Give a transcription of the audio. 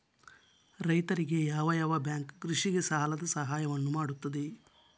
ರೈತರಿಗೆ ಯಾವ ಯಾವ ಬ್ಯಾಂಕ್ ಕೃಷಿಗೆ ಸಾಲದ ಸಹಾಯವನ್ನು ಮಾಡ್ತದೆ?